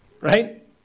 Right